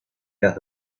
las